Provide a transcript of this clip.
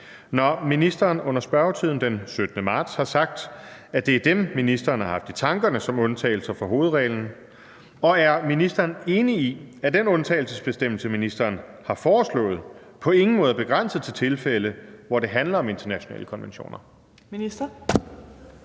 når ministeren under spørgetiden den 17. marts har sagt, at det er dem, ministeren har haft i tankerne som undtagelser fra hovedreglen, og er ministeren enig i, at den undtagelsesbestemmelse, ministeren har foreslået, på ingen måde er begrænset til tilfælde, hvor det handler om internationale konventioner?